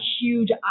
huge